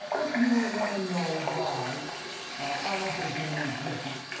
if you want to know why i don't think anyone is listening,